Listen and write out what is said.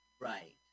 right